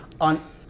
on